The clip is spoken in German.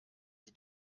die